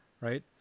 right